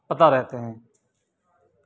پتا رہتے ہیں